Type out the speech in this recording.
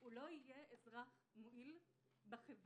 הוא לא יהיה אזרח מועיל בחברה.